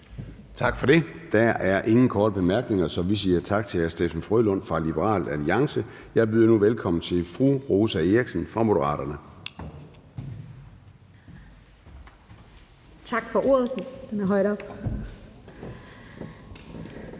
Tak for det. Der er ingen korte bemærkninger, så vi siger tak til hr. Steffen W. Frølund fra Liberal Alliance. Jeg byder nu velkommen til fru Rosa Eriksen fra Moderaterne. Kl. 16:28 (Ordfører)